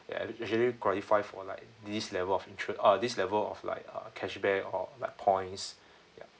there actually qualify for like this level of interest uh this level of like uh cashback or like points ya